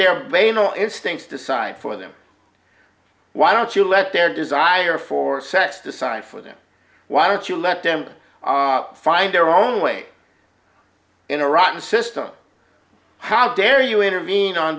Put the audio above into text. it stinks decide for them why don't you let their desire for sex decide for them why don't you let them find their own way in a rotten system how dare you intervene on